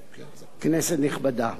כנסת נכבדה,